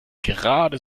gerade